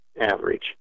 average